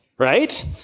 Right